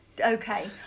Okay